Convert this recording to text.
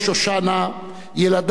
ילדיו שירלי,